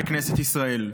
בכנסת ישראל.